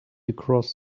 across